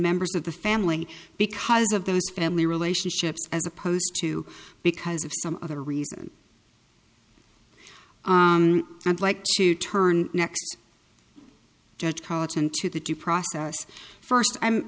members of the family because of those family relationships as opposed to because of some other reason i'd like to turn next judge college into the due process first i'm